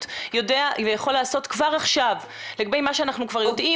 יודע ויכול לעשות כבר עכשיו לגבי מה שאנחנו כבר יודעים.